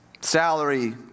Salary